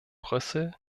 brüssel